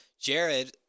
Jared